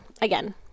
again